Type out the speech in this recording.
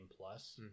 plus